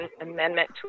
amendment